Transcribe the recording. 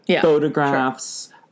photographs